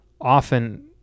often